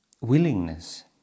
willingness